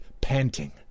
panting